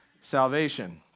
salvation